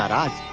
us.